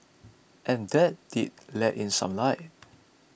and that did let in some light